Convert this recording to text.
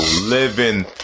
living